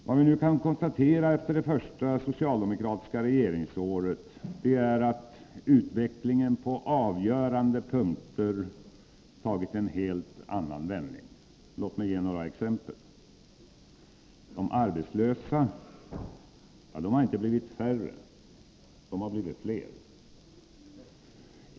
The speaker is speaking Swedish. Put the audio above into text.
Vad vi nu kan konstatera efter det första socialdemokratiska regeringsåret är att utvecklingen på avgörande punkter har tagit en helt annan vändning. Låt mig ge några exempel. De arbetslösa har inte blivit färre — de har blivit fler.